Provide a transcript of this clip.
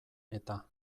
eta